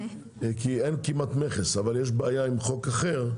אין כמעט מכס, אבל יש בעיה עם חוק אחר,